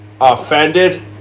offended